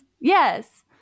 yes